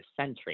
century